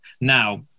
Now